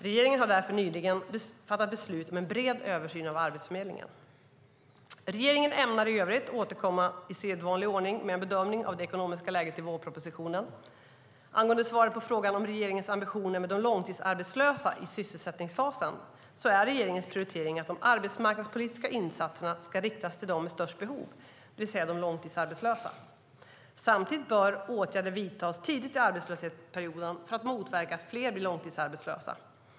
Regeringen har därför nyligen fattat beslut om en bred översyn av Arbetsförmedlingen. Regeringen ämnar i övrigt återkomma i sedvanlig ordning med en bedömning av det ekonomiska läget i vårpropositionen. Angående svaret på frågan om regeringens ambitioner med de långtidsarbetslösa i sysselsättningsfasen är regeringens prioritering att de arbetsmarknadspolitiska insatserna ska riktas till dem med störst behov, det vill säga de långtidsarbetslösa. Samtidigt bör åtgärder vidtas tidigt i arbetslöshetsperioden för att motverka att fler blir långtidsarbetslösa.